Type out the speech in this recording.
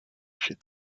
she